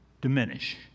diminish